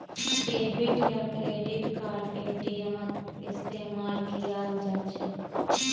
debit या credit card एटीएमत इस्तेमाल कियाल जा छ